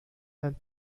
and